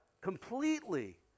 completely